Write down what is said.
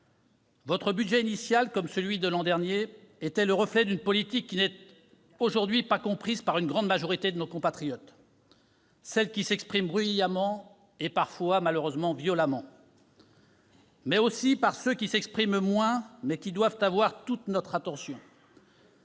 Votre budget initial, comme celui de l'an dernier, était le reflet d'une politique qui n'est aujourd'hui pas comprise par une grande majorité de nos compatriotes, celle qui s'exprime bruyamment et parfois- malheureusement -violemment. Elle n'est pas comprise non plus par ceux qui s'expriment moins, mais qui doivent avoir toute notre attention